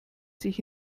sich